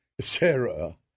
Sarah